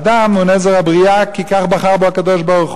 האדם הוא נזר הבריאה כי כך בחר בו הקדוש-ברוך-הוא.